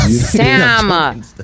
Sam